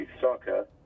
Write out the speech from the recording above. Soccer